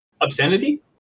obscenity